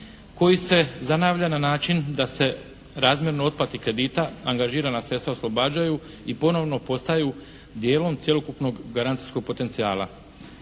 koji se zanavlja na način da se razmjerno otplati kredita, angažirana sredstva oslobađaju i ponovno postaju dijelom cjelokupnog garancijskog potencijala.